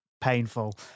Painful